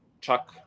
Chuck